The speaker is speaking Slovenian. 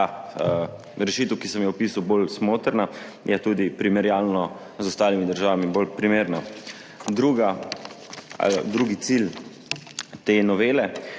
rešitev, ki sem jo opisal, bolj smotrna, je tudi primerjalno z ostalimi državami bolj primerna. Druga, drugi cilj te novele